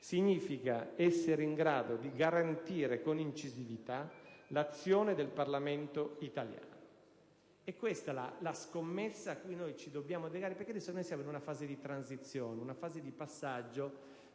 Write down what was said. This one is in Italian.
Significa essere in grado di garantire con incisività l'azione del Parlamento italiano. È questa la scommessa a cui ci dobbiamo dedicare, soprattutto perché ci troviamo in una fase di transizione, una fase di passaggio